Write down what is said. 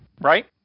right